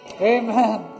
amen